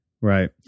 Right